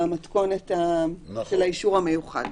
במתכונת של האישור המיוחד.